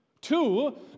Two